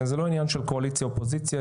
זה לא עניין של קואליציה אופוזיציה.